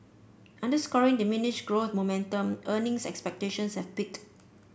underscoring diminished growth momentum earning expectations have peaked